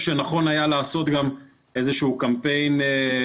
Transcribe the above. משום שהמקום של אדם שמתנייד בכיסא גלגלים הוא נפרד מן המסגרת הרגילה של